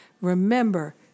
Remember